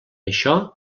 això